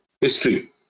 history